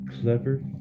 clever